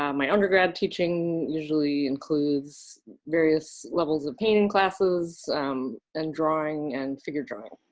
um my undergrad teaching usually includes various levels of painting classes and drawing and figure drawing.